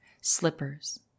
Slippers